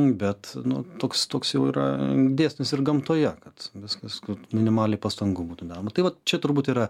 bet nu toks toks jau yra dėsnis ir gamtoje kad viskas kad minimaliai pastangų būtų dedama tai vat čia turbūt yra